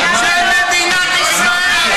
זה עניינה של מדינת ישראל.